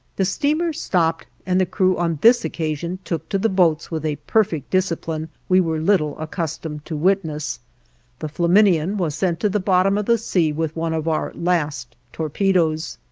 the steamer stopped and the crew on this occasion took to the boats with a perfect discipline we were little accustomed to witness the flaminian was sent to the bottom of the sea with one of our last torpedoes.